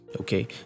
okay